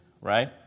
right